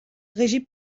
régie